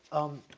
um,